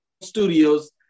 studios